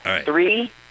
Three